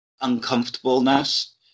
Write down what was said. uncomfortableness